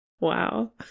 wow